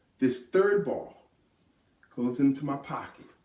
this third ball goes into my pocket.